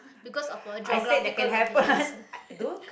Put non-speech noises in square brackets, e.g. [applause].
because of our geographical locations [laughs]